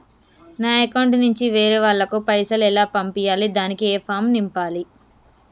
నా అకౌంట్ నుంచి వేరే వాళ్ళకు పైసలు ఎలా పంపియ్యాలి దానికి ఏ ఫామ్ నింపాలి?